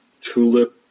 Tulip